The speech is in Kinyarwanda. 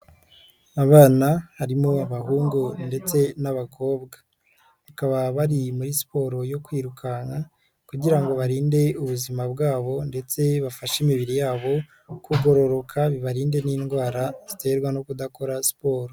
Abana harimo abahungu ndetse n'abakobwa. Bakaba bari muri siporo yo kwirukanka kugira ngo barinde ubuzima bwabo ndetse bafashe imibiri yabo kugororoka bibarinde n'indwara ziterwa no kudakora siporo.